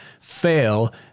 fail